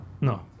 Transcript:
No